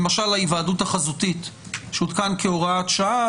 למשל ההיוועדות החזותית שהותקנה כהוראת שעה,